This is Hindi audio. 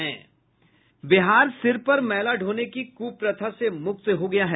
बिहार सिर पर मैला ढोने की कृप्रथा से मुक्त हो गया है